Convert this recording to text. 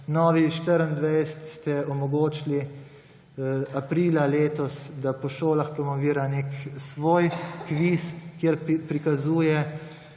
Novi24TV ste omogočili aprila letos, da po šolah promovira nek svoj kviz, kjer prikazuje